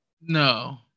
no